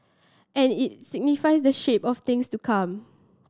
and it signifies the shape of things to come